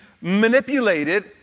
manipulated